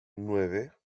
nueve